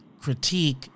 critique